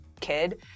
kid